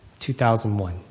2001